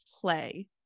play